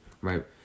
right